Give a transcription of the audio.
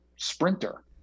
Sprinter